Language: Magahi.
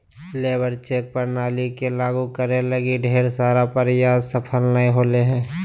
लेबर चेक प्रणाली के लागु करे लगी ढेर सारा प्रयास सफल नय होले हें